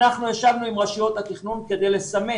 אנחנו ישבנו עם רשויות התכנון כדי לסמן